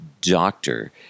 doctor